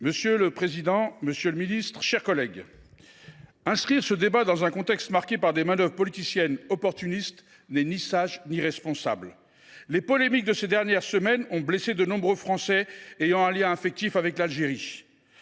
Monsieur le président, monsieur le ministre, mes chers collègues, inscrire ce débat à l’ordre du jour dans un contexte marqué par des manœuvres politiciennes opportunistes n’est ni sage ni responsable. Les polémiques de ces dernières semaines ont blessé de nombreux Français ayant un lien affectif avec l’Algérie.